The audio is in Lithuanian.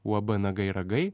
uab nagai ragai